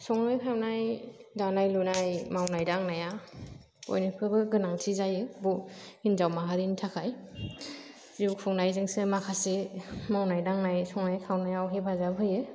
संनाय खावनाय दानाय लुनाय मावनाय दांनाइया बयनिख्रुइबो गोनांथि जायो ब हिन्जाव माहारिनि थाखाय जिउ खुंनायजोंसो माखासे मावनाय दांनाय संनाय खावनायाव हेफाजाब होयो